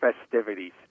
festivities